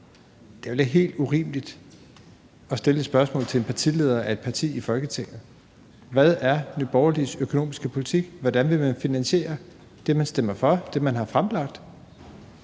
Det er vel ikke helt urimeligt at stille det spørgsmål til en leder af et parti i Folketinget. Hvad er Nye Borgerliges økonomiske politik? Hvordan vil man finansiere det, man stemmer for, og det, man har fremlagt?